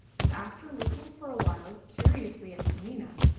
and after looking for a while curiously at taminah,